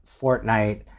Fortnite